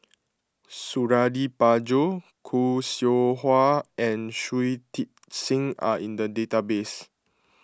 Suradi Parjo Khoo Seow Hwa and Shui Tit Sing are in the database